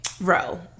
row